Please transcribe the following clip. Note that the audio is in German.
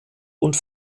und